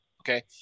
okay